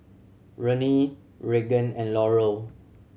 Renee Regan and Laurel